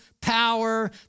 power